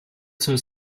zur